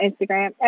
Instagram